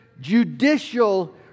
judicial